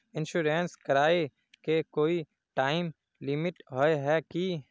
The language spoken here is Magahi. इंश्योरेंस कराए के कोई टाइम लिमिट होय है की?